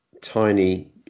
tiny